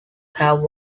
have